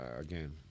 again